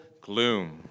gloom